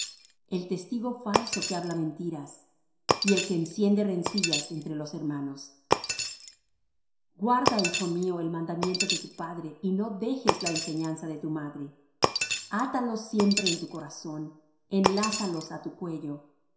el testigo falso que habla mentiras y el que enciende rencillas entre los hermanos guarda hijo mío el mandamiento de tu padre y no dejes la enseñanza de tu madre atalos siempre en tu corazón enlázalos á tu cuello